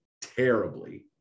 terribly